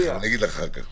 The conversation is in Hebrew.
אני אגיד לך אחר כך.